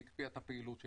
היא הקפיאה את הפעילות שלה.